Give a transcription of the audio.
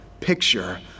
picture